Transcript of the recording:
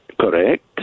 Correct